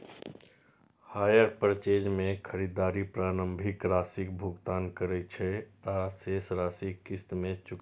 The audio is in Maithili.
हायर पर्चेज मे खरीदार प्रारंभिक राशिक भुगतान करै छै आ शेष राशि किस्त मे चुकाबै छै